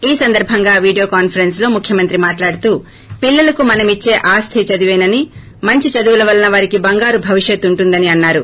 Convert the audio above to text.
ఈ సందర్భంగా video conference లో ముఖ్యమంత్రి మాట్లాడుతూ పిల్లలకు మనము ఇచ్చే ఆస్తి చదువేనని మంచి చదువుల వలన వారికి బంగారు భవిష్యత్ ఉంటుందని అన్నారు